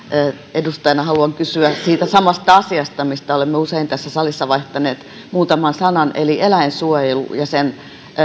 edustajana haluan kysyä siitä samasta asiasta mistä olemme usein tässä salissa vaihtaneet muutaman sanan eli eläinsuojelusta ja sen